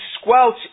squelch